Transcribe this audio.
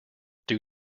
due